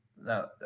no